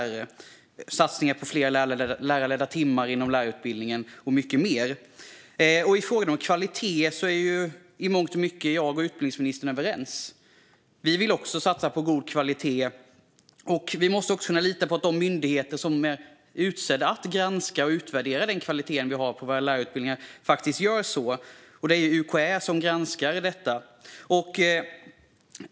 Det görs satsningar på fler lärarledda timmar inom lärarutbildningen och mycket mer. När det gäller frågan om kvalitet är jag och utbildningsministern överens i mångt och mycket. Vi vill också satsa på god kvalitet. Vi måste också kunna lita på att de myndigheter som är utsedda att granska och utvärdera kvaliteten på våra lärarutbildningar faktiskt gör det. Det är UKÄ som granskar detta.